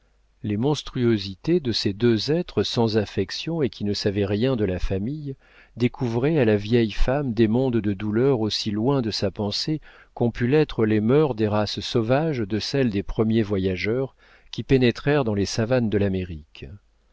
les monstruosités de ces deux êtres sans affection et qui ne savaient rien de la famille découvraient à la vieille femme des mondes de douleur aussi loin de sa pensée qu'ont pu l'être les mœurs des races sauvages de celle des premiers voyageurs qui pénétrèrent dans les savanes de l'amérique